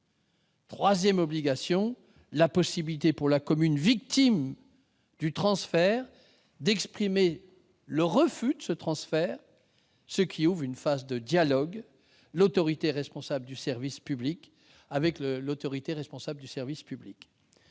troisième obligation, c'est la possibilité pour la commune victime du transfert d'exprimer son refus, ce qui ouvre une phase de dialogue avec l'autorité responsable du service public.